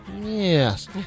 Yes